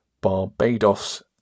Barbados